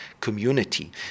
community